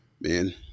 man